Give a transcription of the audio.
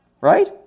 right